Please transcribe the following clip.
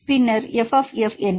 பின்னர் fF